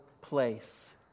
place